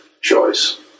choice